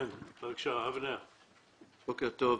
בוקר טוב.